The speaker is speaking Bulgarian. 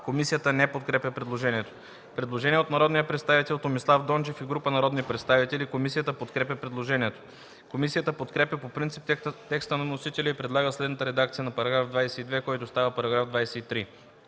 Комисията подкрепя по принцип предложението. Предложение от народния представител Страхил Ангелов и група народни представители. Комисията по принцип предложението. Комисията подкрепя по принцип текста на вносителя и предлага следната редакция на § 24, който става § 25: „§ 25.